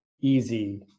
easy